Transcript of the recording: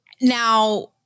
Now